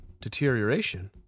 deterioration